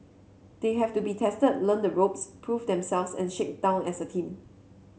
they have to be tested learn the ropes prove themselves and shake down as a team